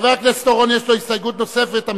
לחבר הכנסת אורון יש הסתייגות נוספת,